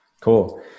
Cool